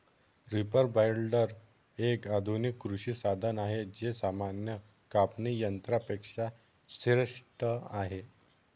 reaper binder, एक आधुनिक कृषी साधन आहे जे सामान्य कापणी यंत्रा पेक्षा श्रेष्ठ आहे